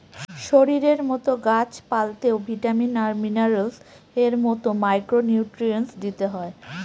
শরীরের মতো গাছ পালতেও ভিটামিন আর মিনারেলস এর মতো মাইক্র নিউট্রিয়েন্টস দিতে হয়